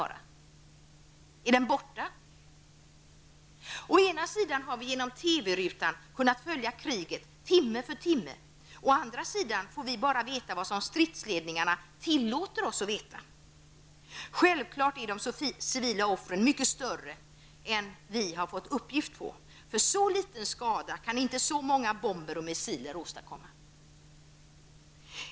Är den borta? Å ena sidan har vi genom TV-rutan kunnat följa kriget timme för timme, å andra sidan får vi bara veta vad stridsledningarna tillåter oss att veta. Självklart är de civila offren mycket större än vad vi har fått uppgift på. Så litet skada kan inte så många bomber och missiler åstadkomma.